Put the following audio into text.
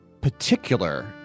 particular